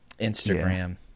Instagram